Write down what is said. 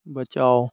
बचाओ